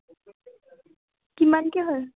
কিমানকৈ হয়